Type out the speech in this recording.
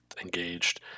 engaged